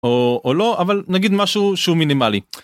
או לא, אבל נגיד משהו שהוא מינימלי.